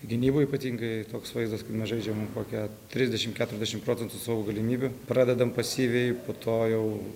gynyboj ypatingai toks vaizdas kad mes žaidžiam kokią trisdešimt keturiasdešimt procentų savo galimybių pradedam pasyviai po to jau